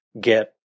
get